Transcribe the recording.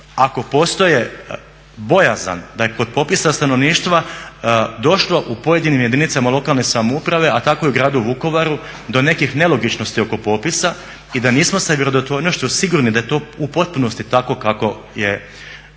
ako postoji bojazan da je kod popisa stanovništva došlo u pojedinim jedinicama lokalne samouprave, a tako i u gradu Vukovaru do nekih do nekih nelogičnosti oko popisa i da … sigurni da je to u potpunosti tako kako je